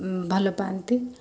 ଭଲ ପାଆନ୍ତି